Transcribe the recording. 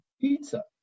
pizza